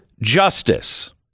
justice